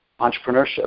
Entrepreneurship